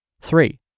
Three